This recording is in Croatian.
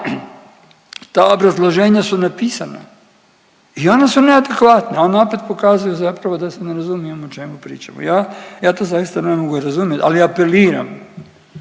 Ta obrazloženja su napisana i ona su neadekvatna, ona opet pokazuju zapravo da se ne razumijemo o čemu pričamo. Ja, ja to zaista ne mogu razumjet ali apeliram,